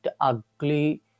ugly